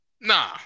nah